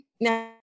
now